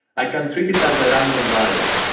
i can treat it as a random variable.